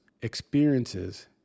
experiences